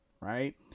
right